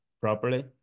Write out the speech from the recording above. properly